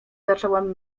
zacząłem